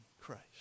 Christ